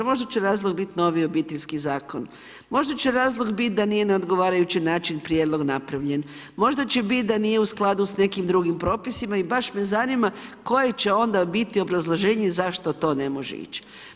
Možda će razlog bit novi Obiteljski zakon, možda će razlog bit da nije na odgovarajući način prijedlog napravljen, možda će bit da nije u skladu s nekim drugim propisima i baš me zanima koje će onda biti obrazloženje zašto to ne može ići.